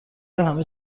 همه